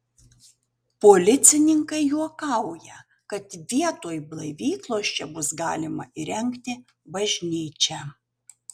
policininkai juokauja kad vietoj blaivyklos čia bus galima įrengti bažnyčią